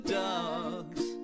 dogs